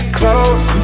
close